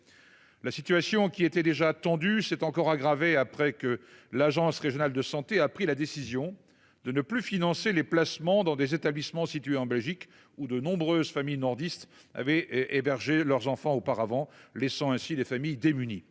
La situation qui était déjà tendu s'est encore aggravée après que l'Agence Régionale de Santé a pris la décision de ne plus financer les placements dans des établissements situés en Belgique où de nombreuses familles nordiste avait. Héberger leurs enfants auparavant laissant ainsi des familles démunies.